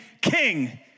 king